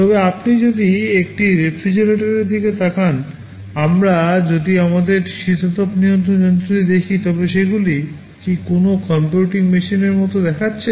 তবে আপনি যদি একটি রেফ্রিজারেটরের দিকে তাকান আমরা যদি আমাদের শীতাতপ নিয়ন্ত্রণ যন্ত্রটি দেখি তবে সেগুলি কি কোনও কম্পিউটিং মেশিনের মতো দেখাচ্ছে